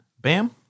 Bam